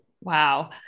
Wow